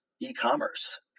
e-commerce